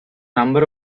number